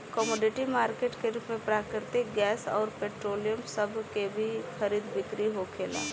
commodity market के रूप में प्राकृतिक गैस अउर पेट्रोलियम सभ के भी खरीद बिक्री होखेला